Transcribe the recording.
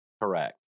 correct